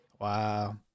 wow